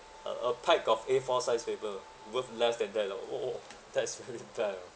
a a pile of A four size paper worth less than that loh oh that's really bad oh